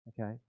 Okay